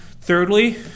Thirdly